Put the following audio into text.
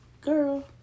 Girl